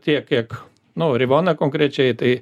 tiek kiek nu rivona konkrečiai tai